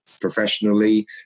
professionally